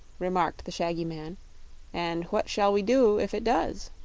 remarked the shaggy man and what shall we do if it does?